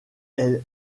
est